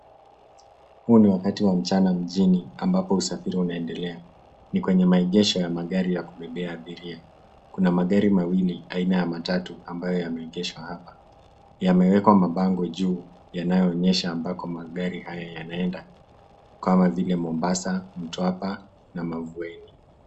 Huu ni wakati wa mchana mjini ambapo usafiri unaendelea. Ni kwenye maegesho ya magari ya kubebea abiria. Kuna magari mawili aina ya matatu ambayo yameegeshwa hapa. Yamewekwa mabango juu yanayoonyesha ambako magari haya yanaenda kama vile Mombasa, Mtwapa na Mavueni.